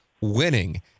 winning